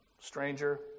stranger